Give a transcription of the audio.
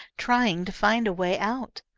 trying to find a way out.